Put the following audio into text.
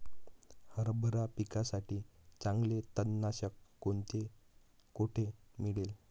हरभरा पिकासाठी चांगले तणनाशक कोणते, कोठे मिळेल?